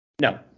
No